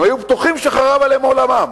הם היו בטוחים שחרב עליהם עולמם,